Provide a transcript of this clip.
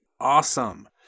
awesome